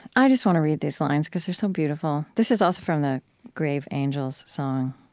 i just want to read these lines because they're so beautiful. this is also from the grave angels song